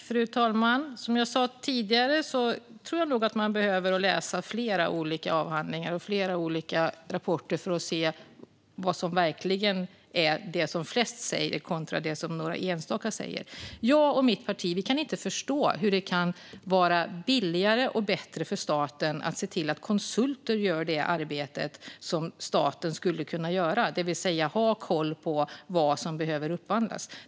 Fru talman! Som jag sa tidigare tror jag att man behöver läsa flera olika avhandlingar och flera olika rapporter för att se vad som verkligen är det som flest säger kontra det som några enstaka säger. Jag och mitt parti kan inte förstå hur det kan vara billigare och bättre för staten att se till att konsulter gör det arbete som staten skulle kunna göra, det vill säga att ha koll på vad som behöver upphandlas.